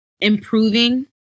improving